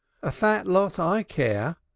a fat lot i care,